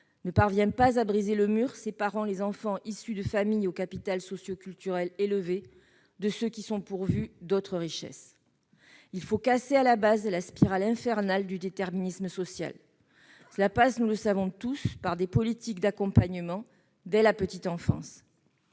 ne parvient pas à briser le mur séparant enfants issus d'une famille au capital socioculturel élevé et ceux qui sont pourvus d'autres richesses. Il faut casser à la base la spirale infernale du déterminisme social. Cela passe, nous le savons tous, par des politiques d'accompagnement dès la petite enfance